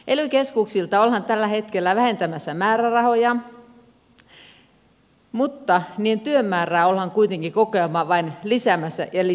ely keskuksilta ollaan tällä hetkellä vähentämässä määrärahoja mutta niiden työmäärää ollaan kuitenkin koko ajan vain lisäämässä ja lisäämässä